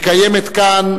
מקיימת כאן,